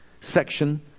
section